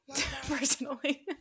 personally